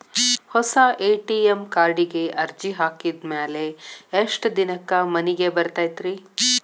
ಹೊಸಾ ಎ.ಟಿ.ಎಂ ಕಾರ್ಡಿಗೆ ಅರ್ಜಿ ಹಾಕಿದ್ ಮ್ಯಾಲೆ ಎಷ್ಟ ದಿನಕ್ಕ್ ಮನಿಗೆ ಬರತೈತ್ರಿ?